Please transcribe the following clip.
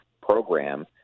program